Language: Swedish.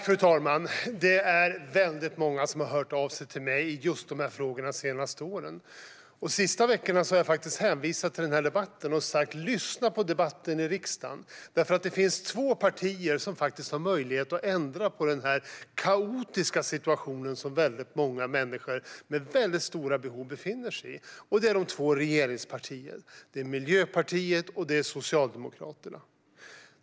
Fru talman! Det är många som har hört av sig till mig om just de här frågorna de senaste åren. De senaste veckorna har jag hänvisat till den här debatten och sagt: Lyssna på debatten i riksdagen! Det finns nämligen två partier som har möjlighet att ändra på den kaotiska situation som väldigt många med väldigt stora behov befinner sig i. Det är de två regeringspartierna: Miljöpartiet och Socialdemokraterna.